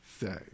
say